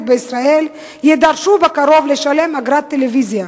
בישראל יידרש בקרוב לשלם אגרת טלוויזיה.